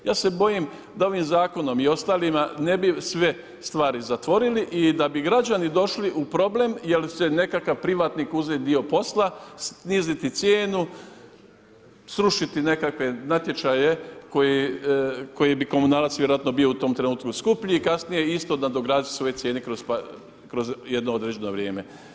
Ja se bojim da ovim zakonom i ostalim ne bi sve stvari zatvorili i da bi građani došli u problem jer će nekakav privatnik uzeti dio posla, sniziti cijenu, srušiti nekakve natječaje koji bi komunalac vjerojatno bio u tom trenutku skuplji i kasnije isto nadograditi svoje cijene kroz jedno određeno vrijeme.